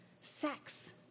sex